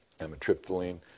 amitriptyline